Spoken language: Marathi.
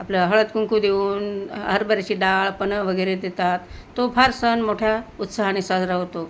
आपलं हळद कुंकू देऊन हरभऱ्याची डाळ पन्हं वगैरे देतात तो फार सण मोठ्या उत्साहाने साजरा होतो